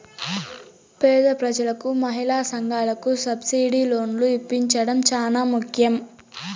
పేద ప్రజలకు మహిళా సంఘాలకు సబ్సిడీ లోన్లు ఇప్పించడం చానా ముఖ్యం